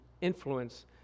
influence